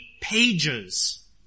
pages